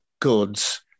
goods